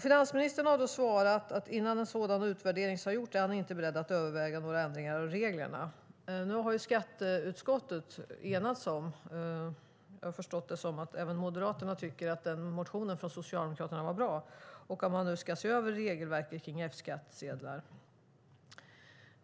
Finansministern har svarat att innan en sådan utvärdering är gjord är han inte beredd att överväga några ändringar av reglerna. Nu har skatteutskottet enats om - jag har förstått det så att även Moderaterna tyckte att motionen från Socialdemokraterna var bra - att man nu ska se över regelverket för F-skattsedlar.